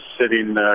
sitting